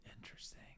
Interesting